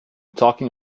talking